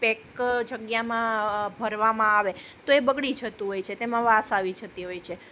pack જગ્યામાં ભરવામાં આવે તો એ બગડી જતું હોય છે તેમાં વાસ આવી જતી હોય છે